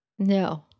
No